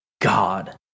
God